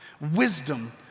wisdom